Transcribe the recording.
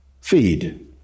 feed